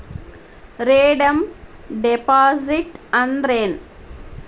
Redeem deposit ಅಂದ್ರೇನ್?